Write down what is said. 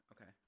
okay